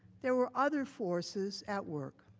there were other forces at work.